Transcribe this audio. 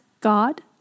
God